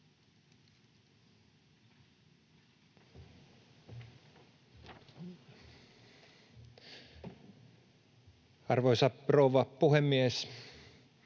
Arvoisa rouva puhemies!